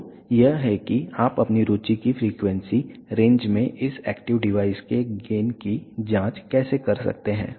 तो यह है कि आप अपनी रुचि की फ्रीक्वेंसी रेंज में इस एक्टिव डिवाइस के गेन की जांच कैसे कर सकते हैं